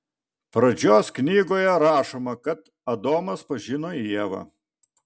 pradžios knygoje rašoma kad adomas pažino ievą